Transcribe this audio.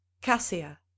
Cassia